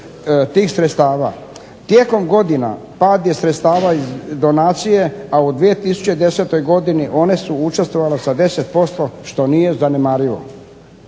tih sredstava. Tijekom godina pad je sredstava iz donacije, a u 2010. godini one su učestvovale sa 10% što nije zanemarivo.